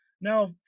now